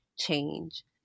change